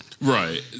Right